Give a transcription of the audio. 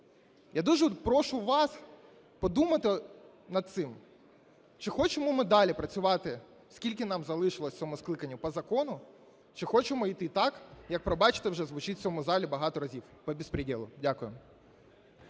Я дуже прошу вас подумати над цим. Чи хочемо ми далі працювати скільки нам залишилось в цьому скликанні по закону? Чи хочемо йти, як, пробачте, звучить в цьому залі вже багато разів – по безпрєдєлу? Дякую.